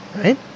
right